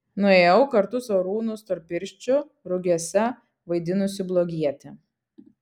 nuėjau kartu su arūnu storpirščiu rugiuose vaidinusiu blogietį